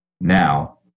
now